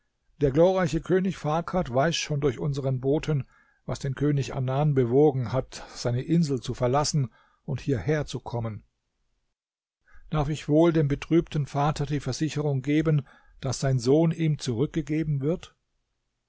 der glorreiche könig farkad weiß schon durch unseren boten was den könig anan bewogen hat seine insel zu verlassen und hierher zu kommen darf ich wohl dem betrübten vater die versicherung geben daß sein sohn ihm zurückgegeben wird